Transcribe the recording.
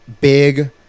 big